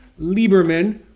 Lieberman